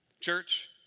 Church